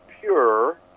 pure